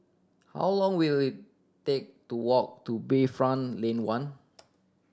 how long will it take to walk to Bayfront Lane One